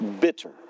bitter